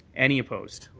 any opposed?